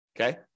okay